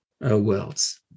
worlds